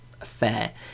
affair